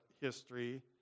history